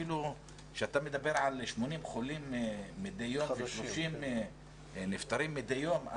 כשאתה מדבר על 80 חולים מדי יום ו-30 נפטרים מדי יום,